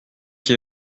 qui